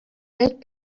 let